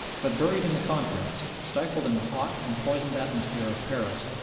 but buried in the conference, stifled in the hot and poisoned atmosphere of paris,